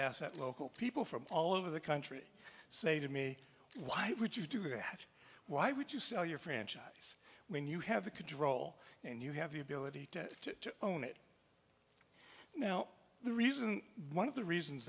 asset local people from all over the country say to me why would you do that why would you sell your franchise when you have the could droll and you have the ability to own it now the reason one of the reasons